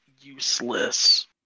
useless